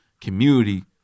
community